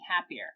happier